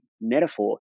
metaphor